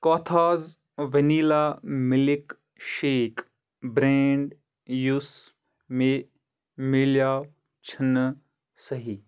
کاتھاز vanilla milk shake brand یُس مےٚ مِلٮ۪و چھنہٕ صٔحیح